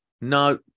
No